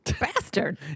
Bastard